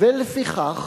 ולפיכך,